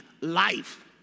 Life